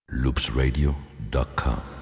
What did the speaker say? loopsradio.com